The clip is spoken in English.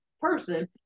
person